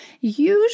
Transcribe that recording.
usually